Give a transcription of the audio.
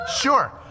Sure